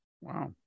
Wow